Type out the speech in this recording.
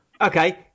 Okay